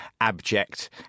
abject